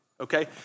okay